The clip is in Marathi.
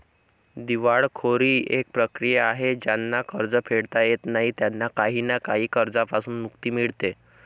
दिवाळखोरी एक प्रक्रिया आहे ज्यांना कर्ज फेडता येत नाही त्यांना काही ना काही कर्जांपासून मुक्ती मिडते